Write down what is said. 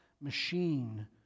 machine